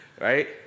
Right